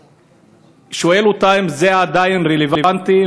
ושואל אותה אם זה עדיין רלוונטי,